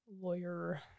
lawyer